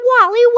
Wally